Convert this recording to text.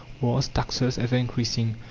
wars, taxes ever increasing.